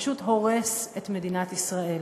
פשוט הורס את מדינת ישראל.